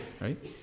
Right